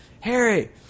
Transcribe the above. Harry